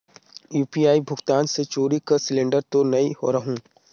UPI भुगतान मे चोरी कर सिलिंडर तो नइ रहु?